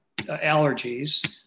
allergies